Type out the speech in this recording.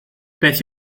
beth